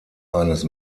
eines